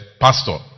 Pastor